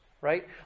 right